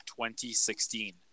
2016